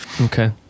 Okay